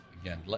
again